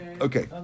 Okay